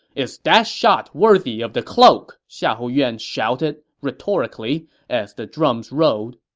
is that shot worthy of the cloak? xiahou yuan shouted rhetorically as the drums rolled